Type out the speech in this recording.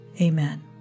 Amen